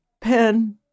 pen